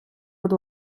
будь